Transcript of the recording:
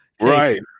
right